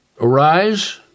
Arise